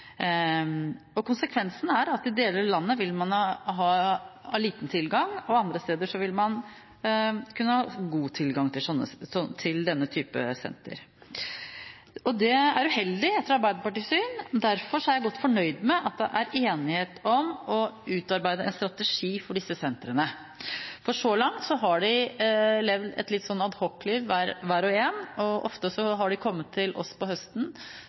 Konsekvensen er at i deler av landet vil man ha liten tilgang, og andre steder vil man kunne ha god tilgang til denne type sentre. Det er uheldig etter Arbeiderpartiets syn. Derfor er jeg godt fornøyd med at det er enighet om å utarbeide en strategi for disse sentrene. Så langt har de levd et slags adhocliv, hver og en, og ofte har de kommet til oss på høsten